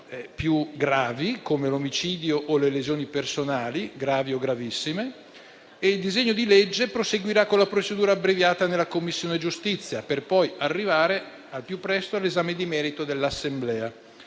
più gravi, come l'omicidio o le lesioni personali gravi o gravissime. Il disegno di legge proseguirà con la procedura abbreviata nella Commissione giustizia, per poi arrivare al più presto all'esame di merito dell'Assemblea.